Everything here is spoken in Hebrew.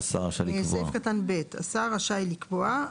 (ב) השר רשאי לקבוע,